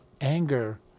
anger